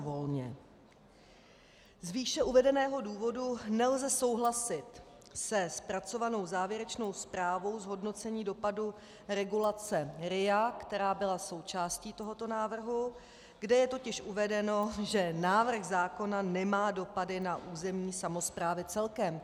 Z výše uvedeného důvodu nelze souhlasit se zpracovanou závěrečnou zprávou zhodnocení dopadu regulace RIA, která byla součástí tohoto návrhu, kde je totiž uvedeno, že návrh zákona nemá dopady na územní samosprávy celkem.